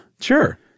Sure